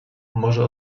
może